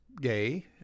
gay